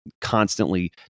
constantly